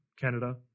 Canada